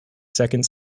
second